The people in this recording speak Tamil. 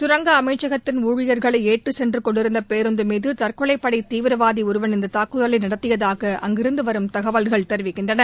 சுரங்க அமைசகத்தின் ஊழியர்களை ஏற்றிச் சென்று கொண்டிருந்த பேருந்து மீது தற்கொலைப்படை தீவிரவாதி ஒருவா் இந்த தாக்குதலை நடத்தியதாக அங்கிருந்து வரும் தகவல்கள் தெரிவிக்கின்றன